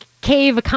cave